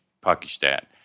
Pakistan